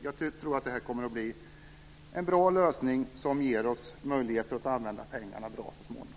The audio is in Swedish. Jag tror att det är en bra lösning som ger oss möjligheter att använda pengarna på ett bra sätt så småningom.